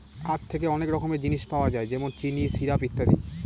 আঁখ থেকে অনেক রকমের জিনিস পাওয়া যায় যেমন চিনি, সিরাপ, ইত্যাদি